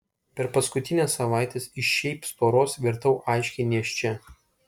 per paskutines savaites iš šiaip storos virtau aiškiai nėščia